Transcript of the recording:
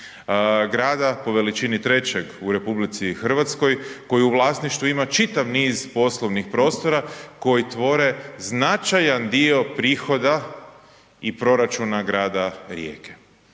Grada po veličini trećeg u RH koji u vlasništvu ima čitav niz poslovnih prostora koji tvore značajan dio prihoda i proračuna grada Rijeke.